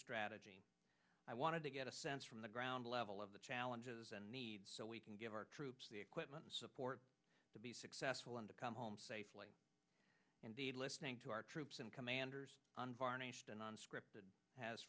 strategy i wanted to get a sense from the ground level of the challenges and needs so we can give our troops the equipment and support to be successful and to come home safely indeed listening to our troops and commanders on script has